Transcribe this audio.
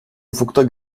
ufukta